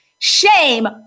Shame